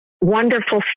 wonderful